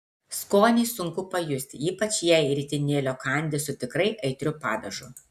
skonį sunku pajusti ypač jei ritinėlio kandi su tikrai aitriu padažu